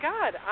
God